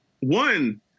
one